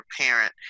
parent